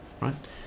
right